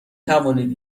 توانید